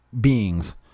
beings